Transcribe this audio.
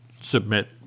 submit